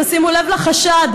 תשימו לב לחשד,